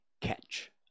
catch